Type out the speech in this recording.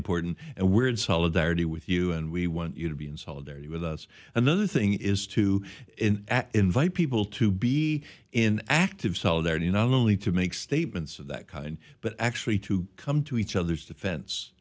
important and we're in solidarity with you and we want you to be in solidarity with us and the other thing is to invite people to be in active solidarity not only to make statements of that kind but actually to come to each other's defen